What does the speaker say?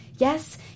Yes